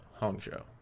Hangzhou